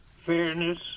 fairness